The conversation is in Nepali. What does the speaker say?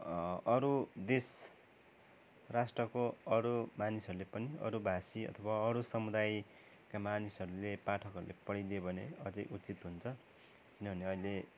अरू देश राष्ट्रको अरू मानिसहरले पनि अरू भाषी अथवा अरू समुदायका मानिसहरूले पाठकहरूले पढिदियो भने अझै उचित हुन्छ किनभने अहिले